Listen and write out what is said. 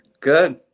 Good